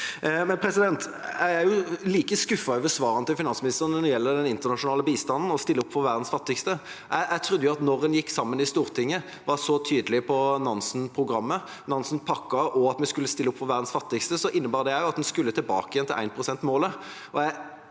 Jeg er like skuffet over svarene til finansministeren når det gjelder den internasjonale bistanden og å stille opp for verdens fattigste. Jeg trodde jo at når en gikk sammen i Stortinget og var så tydelig på Nansen-programmet, Nansen-pakken, og at vi skulle stille opp for verdens fattigste, innebar det at en skulle tilbake til 1prosentmålet.